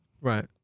right